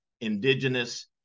Indigenous